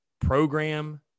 program